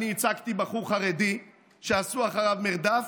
אני ייצגתי בחור חרדי שעשו אחריו מרדף,